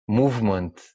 movement